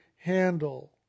handle